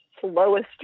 slowest